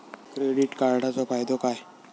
Credit कार्डाचो फायदो काय?